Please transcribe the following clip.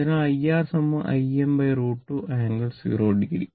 അതിനാൽ IR Im√ 2 angle 0o